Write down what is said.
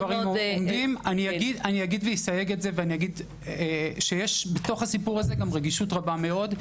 אני אסייג את זה ואומר שיש בסיפור הזה גם רגישות רבה מאוד.